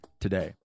today